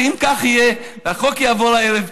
ואם כך יהיה והחוק יעבור הערב,